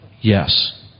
yes